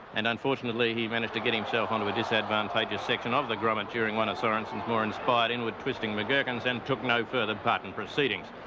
and unfortunately he managed to get himself onto a disadvantageous section of the grommet one of sorenson's more inspired inward twisting macgherkins and took no further part in proceedings.